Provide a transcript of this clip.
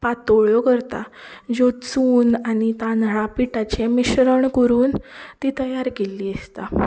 पातोळ्यो करता ज्यो चून आनी तांदळा पिटाचें मिश्रण करून ती तयार केल्ली आसता